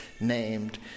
named